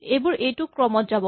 এইবোৰ এইটো ক্ৰমত যাব